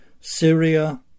Syria